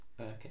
Okay